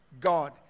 God